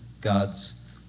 God's